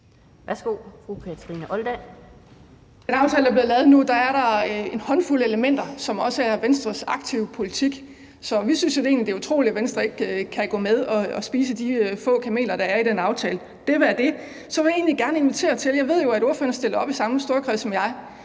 aftale, der bliver lavet nu, er der en håndfuld elementer, som også er Venstres aktive politik. Så vi synes egentlig, det er utroligt, at Venstre ikke kan gå med og spise de få kameler, der er i den aftale. Lad det være det. Så vil jeg egentlig gerne komme med en invitation: Jeg ved jo, at ordføreren stiller op i samme storkreds som mig